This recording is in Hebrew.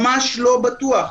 ממש לא בטוח.